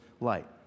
light